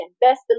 Best